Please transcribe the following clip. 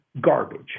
garbage